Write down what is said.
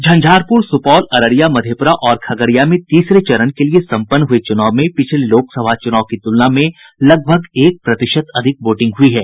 झंझारपुर सुपौल अररिया मधेपुरा और खगड़िया में तीसरे चरण के लिए सम्पन्न हुये चुनाव में पिछले लोकसभा चुनाव की तुलना में लगभग एक प्रतिशत अधिक वोटिंग हुई है